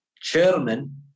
chairman